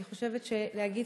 אני חושבת שלהגיד